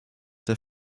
der